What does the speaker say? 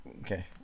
okay